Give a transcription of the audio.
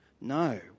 No